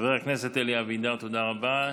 חבר הכנסת אלי אבידר, תודה רבה.